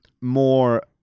more